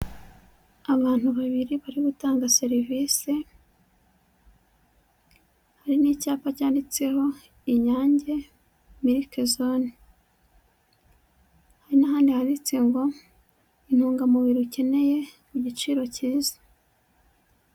Abantu babiri bari gutanga serivisi hari n'icyapa cyanditseho inyange miliki zone, hari nahandi handitse ngo intungamubiri ukeneye ku giciro cyiza.